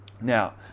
Now